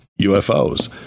ufos